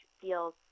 feels